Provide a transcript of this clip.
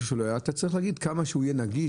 אתה צריך להגיד כמה שהוא יהיה נגיש,